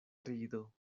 rido